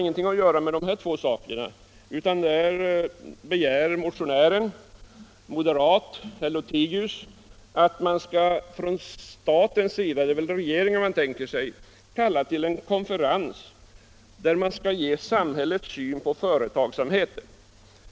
Motionären, herr Lothigius, moderat, begär att man skall från statens sida — det är väl regeringen han tänker sig — kalla till en konferens, där man skall ge samhällets syn på företagsamheten.